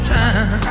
time